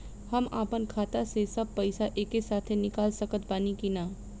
हम आपन खाता से सब पैसा एके साथे निकाल सकत बानी की ना?